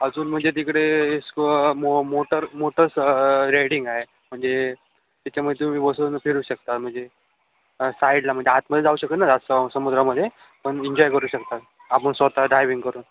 अजून म्हणजे तिकडे स्क मोटर मोटर रेडिंग आहे म्हणजे त्याच्यामध्ये तुम्ही बसून फिरू शकता म्हणजे साईडला म्हणजे आतमध्ये जाऊ शकन ना स समुद्रामध्ये पण इन्जॉय करू शकतात आपण स्वतः डायविंग करून